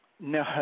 No